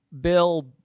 Bill